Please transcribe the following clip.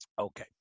Okay